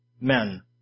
men